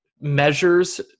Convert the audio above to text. measures